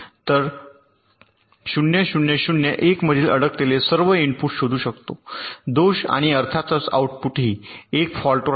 तर 0 0 0 1 मधील अडकलेले सर्व इनपुट शोधू शकतो दोष आणि अर्थातच आउटपुटही 1 फॉल्टवर अडकले